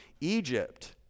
Egypt